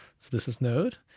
this is node,